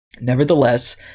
Nevertheless